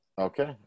Okay